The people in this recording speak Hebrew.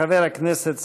חבר הכנסת סעדי,